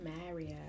Mario